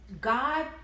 God